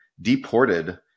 deported